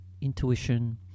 intuition